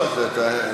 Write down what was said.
בבקשה.